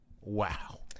wow